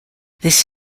this